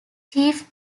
chief